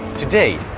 today,